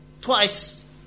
twice